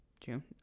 June